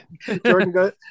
Jordan